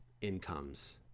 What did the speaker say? incomes